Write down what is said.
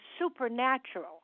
supernatural